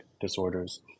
disorders